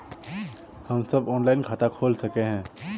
हम सब ऑनलाइन खाता खोल सके है?